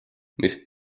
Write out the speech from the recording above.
mis